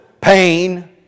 pain